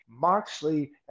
Moxley